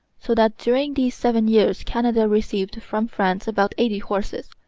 so that during these seven years canada received from france about eighty horses.